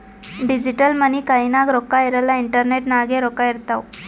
digital money ಕೈನಾಗ್ ರೊಕ್ಕಾ ಇರಲ್ಲ ಇಂಟರ್ನೆಟ್ ನಾಗೆ ರೊಕ್ಕಾ ಇರ್ತಾವ್